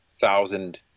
thousand